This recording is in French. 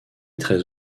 très